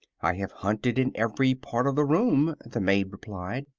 i have hunted in every part of the room, the maid replied.